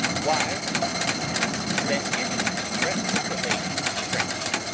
wise, and constant than any of the rest of the ladies in france.